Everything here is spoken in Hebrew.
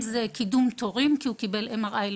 אם זה קידום תורים כי הוא קיבל בדיקת MRI,